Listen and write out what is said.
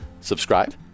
subscribe